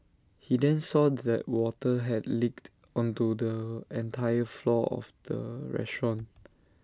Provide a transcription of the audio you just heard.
he then saw that water had leaked onto the entire floor of the restaurant